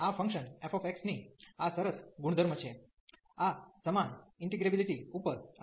અને આ function fx ની આ સરસ ગુણધર્મ છે આ સમાન ઇન્ટીગ્રેબીલીટી ઉપર